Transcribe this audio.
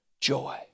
joy